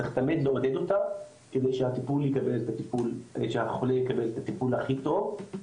צריך תמיד לעודד אותה כדי שהחולה יקבל את הטיפול הכי טוב.